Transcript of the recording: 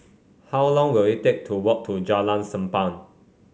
how long will it take to walk to Jalan Sappan